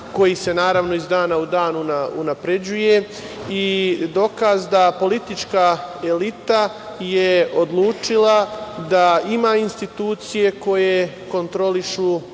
koji se, naravno, iz dana u dan unapređuje i dokaz da politička elita je odlučila da ima institucije koje kontrolišu vlast.